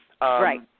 right